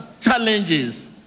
challenges